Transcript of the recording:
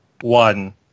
one